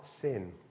sin